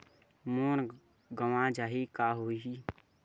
मोर गंवा जाहि का होही?